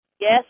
Yes